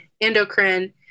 endocrine